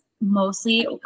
mostly